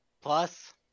Plus